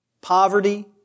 poverty